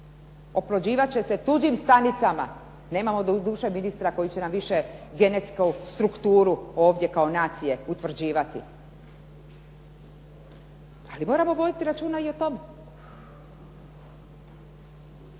Oplođivat će se tuđim stanicama. Nemamo doduše ministra koji će nam više genetsku strukturu ovdje kao nacije utvrđivati, ali moramo voditi računa i o tome.